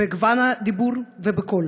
בגוון הדיבור ובקול,